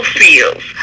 fields